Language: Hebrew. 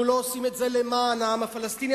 אנחנו לא עושים את זה למען העם הפלסטיני,